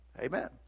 Amen